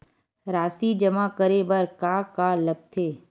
राशि जमा करे बर का का लगथे?